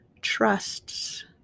trusts